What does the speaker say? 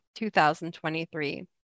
2023